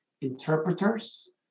interpreters